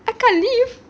I can't leave